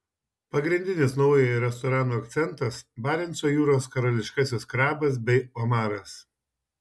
pagrindinis naujojo restorano akcentas barenco jūros karališkasis krabas bei omaras